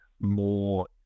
more